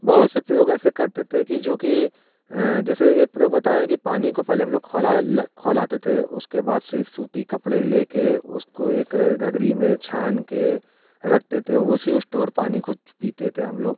बहुत से प्रयोग ऐसे करते थे कि जो कि जैसे एक प्रयोग बताएँ कि पानी को पहले हम लोग खौला ले खौलाते थे उसके बाद फिर सूती कपड़े ले कर उसको एक गगरी में छान कर रखते थे उसी स्टोर पानी को पीते थे हम लोग